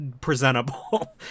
presentable